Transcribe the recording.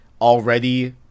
already